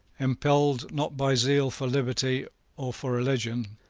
impelled, not by zeal for liberty or for religion,